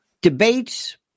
debates